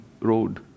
road